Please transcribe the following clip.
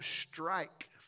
strike